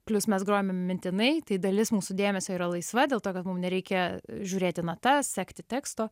plius mes grojame mintinai tai dalis mūsų dėmesio yra laisva dėl to kad mum nereikia žiūrėti natas sekti teksto